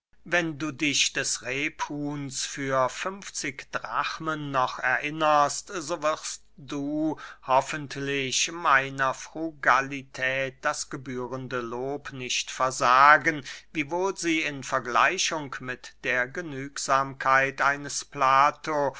wenn du dich des repphuhns für funfzig drachmen noch erinnerst so wirst du hoffentlich meiner frugalität das gebührende lob nicht versagen wiewohl sie in vergleichung mit der genügsamkeit eines plato